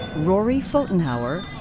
rory pfotenhauer,